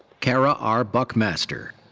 kara r. buckmaster.